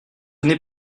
n’est